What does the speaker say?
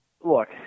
look